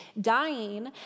dying